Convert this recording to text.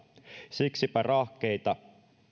siksipä rahkeita